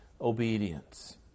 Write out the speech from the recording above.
obedience